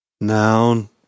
Noun